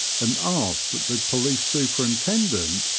and asked that the police superintendent,